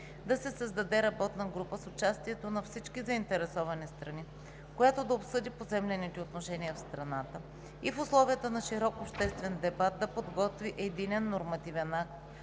да се създаде работна група с участието на всички заинтересовани страни, която да обсъди поземлените отношения в страната, и в условията на широк обществен дебат да подготви единен нормативен акт,